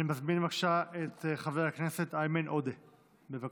אני מזמין את חבר הכנסת איימן עודה, בבקשה.